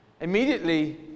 Immediately